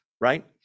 right